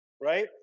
right